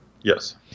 Yes